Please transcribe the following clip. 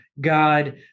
God